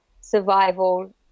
survival